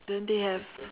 then they have